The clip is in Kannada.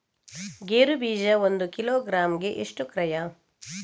ಗೇರು ಬೀಜ ಒಂದು ಕಿಲೋಗ್ರಾಂ ಗೆ ಎಷ್ಟು ಕ್ರಯ?